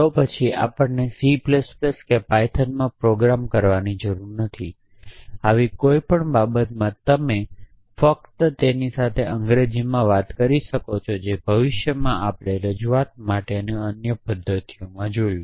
તો પછી આપણને C કે પાયથન માં પ્રોગ્રામ કરવાની જરૂર નથી આવી કોઈ પણ બાબતમાં તમે ફક્ત તેમની સાથે અંગ્રેજીમાં વાત કરી શકો છો જે ભવિષ્યમાં આપણે રજૂઆત માટેની અન્ય પદ્ધતિઓ જોયું